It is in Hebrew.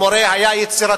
המורה היה יצירתי,